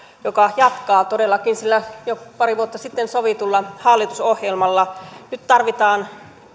joka jatkaa todellakin sillä jo pari vuotta sitten sovitulla hallitusohjelmalla nyt tarvitaan